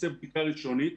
עושה בדיקה ראשונית,